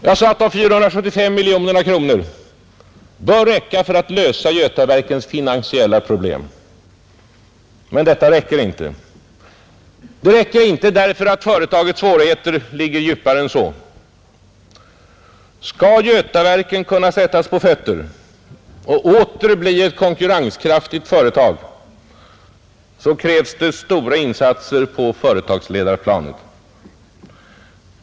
Jag sade att man med de 475 miljoner kronorna bör kunna lösa Götaverkens finansiella problem, men detta räcker inte, ty företagets svårigheter ligger djupare än så. Skall Götaverken kunna sättas på fötter och åter bli ett konkurrenskraftigt företag krävs det även stora insatser på företagsledarplanet.